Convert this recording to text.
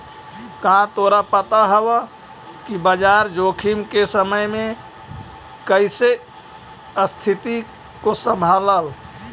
का तोरा पता हवअ कि बाजार जोखिम के समय में कइसे स्तिथि को संभालव